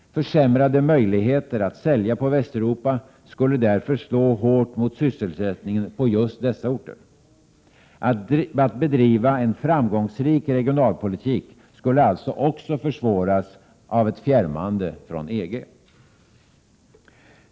Försämrade möjligheter att sälja på Västeuropa skulle därför slå hårt mot sysselsättningen på just dessa orter. Att bedriva en framgångsrik regionalpolitik skulle alltså också försvåras av ett fjärmande från EG.